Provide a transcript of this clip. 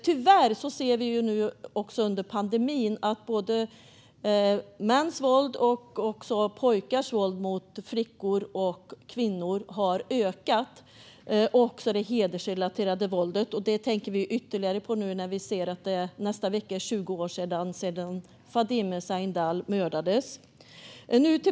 Tyvärr ser vi nu under pandemin att mäns och även pojkars våld mot flickor och kvinnor har ökat. Det har också det hedersrelaterade våldet. Det tänker vi ytterligare på nu, då det nästa vecka är 20 år sedan Fadime Sahindal mördades.